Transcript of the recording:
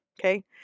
okay